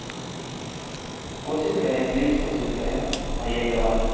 جی کوشش کریں پلیز کوشش کریں آپ مہیا کروانے کی